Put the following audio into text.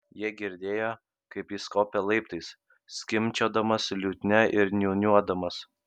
jie girdėjo kaip jis kopia laiptais skimbčiodamas liutnia ir niūniuodamas